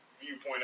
viewpoint